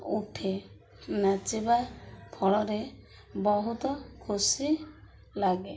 ଉଠେ ନାଚିବା ଫଳରେ ବହୁତ ଖୁସି ଲାଗେ